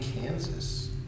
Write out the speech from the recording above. Kansas